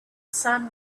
sun